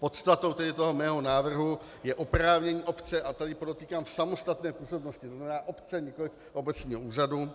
Podstatou tedy toho mého návrhu je oprávnění obce a tady podotýkám v samostatné působnosti, tzn. obce, nikoliv obecního úřadu